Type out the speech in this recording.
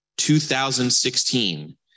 2016